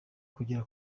kugera